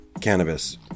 cannabis